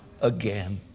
again